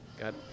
got